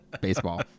baseball